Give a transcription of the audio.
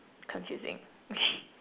confusing